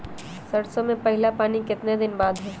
सरसों में पहला पानी कितने दिन बाद है?